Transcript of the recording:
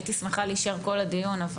הייתי שמחה להישאר כל הדיון.